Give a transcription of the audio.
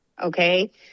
Okay